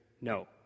No